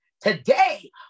Today